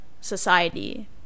society